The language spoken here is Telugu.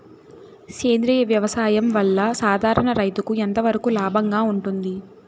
సేంద్రియ వ్యవసాయం వల్ల, సాధారణ రైతుకు ఎంతవరకు లాభంగా ఉంటుంది?